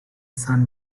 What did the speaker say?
son